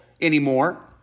anymore